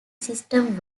system